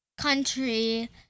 country